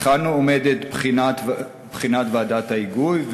היכן עומדת בחינת ועדת ההיגוי,